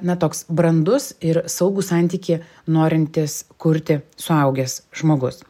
na toks brandus ir saugų santykį norintis kurti suaugęs žmogus